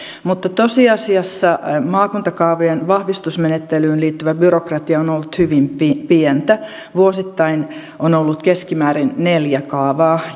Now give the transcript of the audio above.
mutta tosiasiassa maakuntakaavojen vahvistusmenettelyyn liittyvä byrokratia on ollut hyvin pientä vuosittain on ollut keskimäärin neljä kaavaa